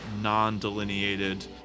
non-delineated